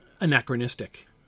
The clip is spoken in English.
anachronistic